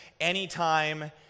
anytime